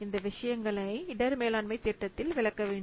இந்த விஷயங்களை இடர் மேலாண்மை திட்டத்தில் விளக்க வேண்டும்